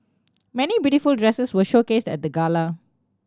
many beautiful dresses were showcased at the gala